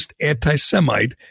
anti-Semite